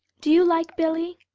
do you like billy?